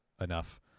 enough